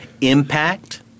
impact